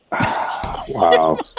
Wow